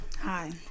Hi